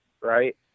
Right